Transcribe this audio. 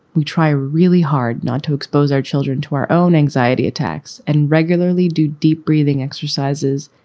we try really hard not to expose our children to our own anxiety attacks and regularly do deep breathing exercises,